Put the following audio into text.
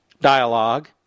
dialogue